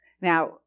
Now